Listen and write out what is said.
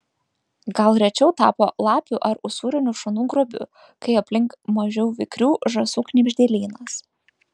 gal rečiau tapo lapių ar usūrinių šunų grobiu kai aplink mažiau vikrių žąsų knibždėlynas